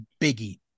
biggie